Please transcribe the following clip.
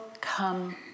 come